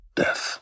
death